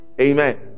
Amen